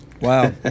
wow